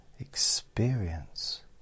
Experience